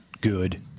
good